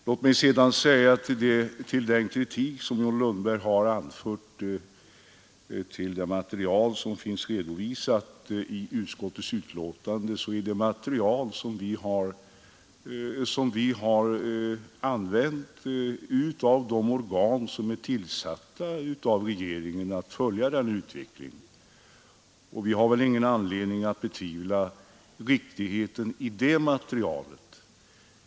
Låt mig sedan beträffande John Lundbergs kritik över det material som redovisas i utskottsbetänkandet säga att detta material har tillhandahållits av det organ som är tillsatt av regeringen för att följa utvecklingen. Vi har ingen anledning att betvivla riktigheten av detta material.